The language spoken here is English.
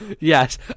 Yes